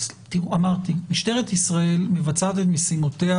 אמרתי שמשטרת ישראל מבצעת את משימותיה,